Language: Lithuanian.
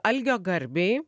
algio garbei